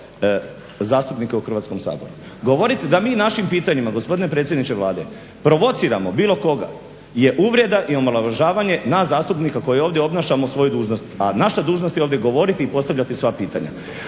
zastupnike u Hrvatskom saboru. Govorit da mi našim pitanjima gospodine predsjedniče Vlade provociramo bilo koga je uvreda i omalovažavanje nas zastupnika koji ovdje obnašamo svoju dužnost, a naša dužnost je ovdje govoriti i postavljati sva pitanja.